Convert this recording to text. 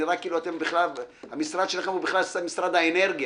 נראה כאילו המשרד שלכם הוא בכלל משרד האנרגיה,